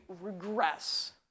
regress